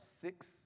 six